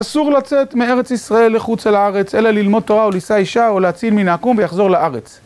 אסור לצאת מארץ ישראל לחוצה לארץ, אלא ללמוד תורה או לישא אישה או להציל מן העכו"ם ויחזור לארץ.